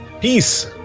Peace